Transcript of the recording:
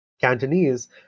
Cantonese